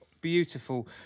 beautiful